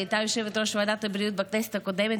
שהייתה יושבת-ראש ועדת הבריאות בכנסת הקודמת,